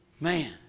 Man